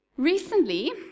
Recently